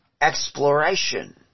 exploration